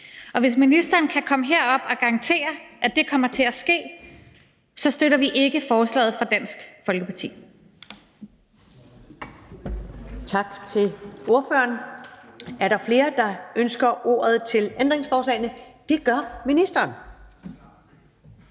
og hvis ministeren kan komme herop og garantere, at det kommer til at ske, støtter vi ikke forslaget fra Dansk Folkeparti.